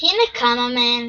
הנה כמה מהן